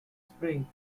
spring